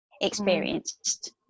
experienced